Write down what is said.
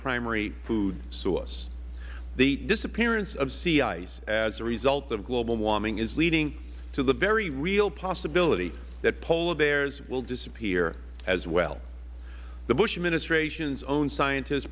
primary food source the disappearance of sea ice as a result of global warming is leading to the very real possibility that polar bears will disappear as well the bush administration's own scientists